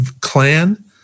clan